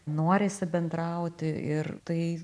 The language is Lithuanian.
norisi bendrauti ir tai